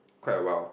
quite a while